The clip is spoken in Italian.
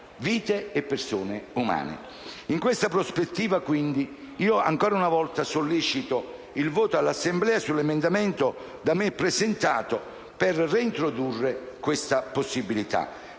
In questa prospettiva, quindi, ancora una volta sollecito il voto dell'Assemblea sull'emendamento da me presentato per reintrodurre questa possibilità.